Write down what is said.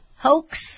Hoax